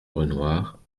renoir